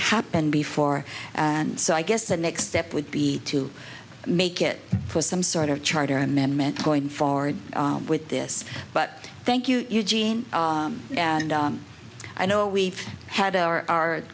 happen before and so i guess the next step would be to make it for some sort of charter amendment going forward with this but thank you gene and i know we've had our